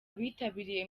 bitabiriye